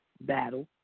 battle